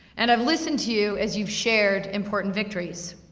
and i've listened to you as you've shared important victories.